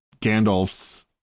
gandalf's